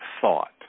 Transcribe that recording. thought